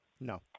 No